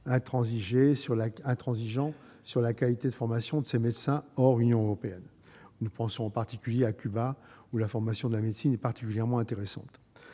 intransigeants sur la qualité de la formation de ces médecins. Nous pensons en particulier à Cuba, où la formation à la médecine est particulièrement intéressante.